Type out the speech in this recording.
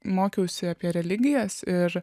mokiausi apie religijas ir